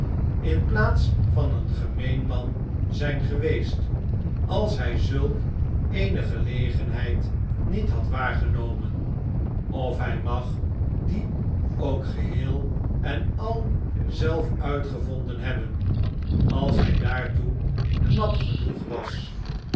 in plaats van een gemeen man zijn geweest als hij zulk eene gelegenheid niet had waargenomen of hij mag die ook geheel en al zelf uitgevonden hebben als hij daartoe knap genoeg was